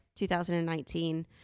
2019